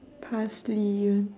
parsley ya